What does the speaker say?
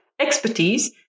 expertise